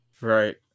right